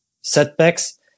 setbacks